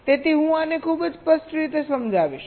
તેથી હું આને ખૂબ જ સ્પષ્ટ રીતે સમજાવીશ